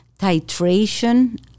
titration